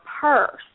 purse